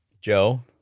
Joe